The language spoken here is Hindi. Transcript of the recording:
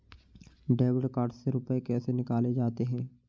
डेबिट कार्ड से रुपये कैसे निकाले जाते हैं?